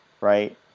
right